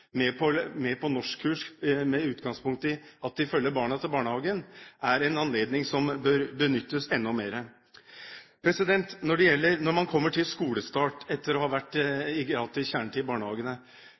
på norskkurs, med utgangspunkt i at de følger barna til barnehagen, er en anledning som bør benyttes enda mer. Når man kommer til skolestart etter å ha vært